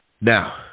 Now